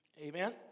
Amen